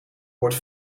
wordt